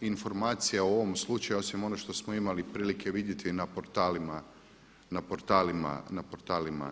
informacija o ovom slučaju osim ono što smo imali prilike vidjeti na portalima nemam.